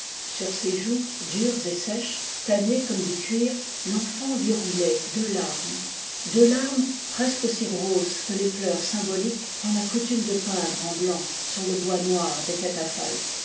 sur ses joues dures et sèches tannées comme du cuir l'enfant vit rouler deux larmes deux larmes presque aussi grosses que les pleurs symboliques qu'on a coutume de peindre en blanc sur le bois noir des